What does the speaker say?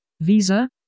Visa